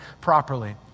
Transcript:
properly